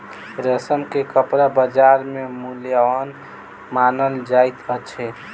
रेशम के कपड़ा बजार में मूल्यवान मानल जाइत अछि